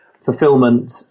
fulfillment